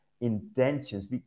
intentions